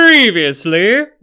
Previously